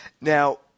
Now